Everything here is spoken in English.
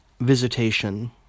visitation